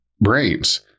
brains